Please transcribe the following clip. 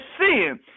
sin